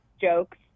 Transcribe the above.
jokes